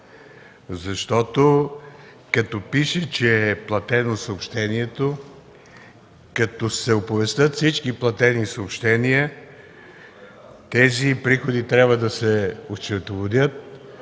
Защото като пише, че е платено съобщението, като се оповестят всички платени съобщения, тези приходи трябва да се осчетоводят,